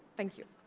thank you.